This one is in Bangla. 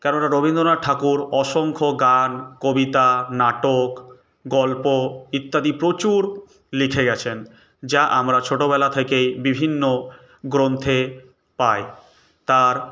কেননা রবীন্দ্রনাথ ঠাকুর অসংখ্য গান কবিতা নাটক গল্প ইত্যাদি প্রচুর লিখে গেছেন যা আমরা ছোটোবেলা থেকেই বিভিন্ন গ্রন্থে পাই তাঁর